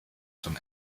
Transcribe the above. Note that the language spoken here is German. zum